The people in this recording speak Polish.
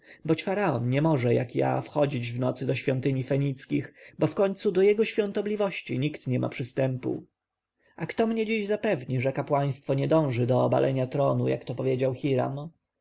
boć faraon nie może jak ja wchodzić w nocy do świątyń fenickich bo wkońcu do jego świątobliwości nikt nie ma przystępu a kto mnie dziś zapewni że kapłaństwo nie dąży do obalenia tronu jak to powiedział hiram